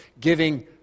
giving